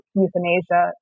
euthanasia